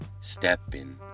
stepping